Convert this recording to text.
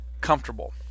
comfortable